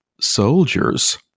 soldiers